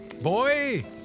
boy